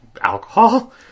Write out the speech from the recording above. alcohol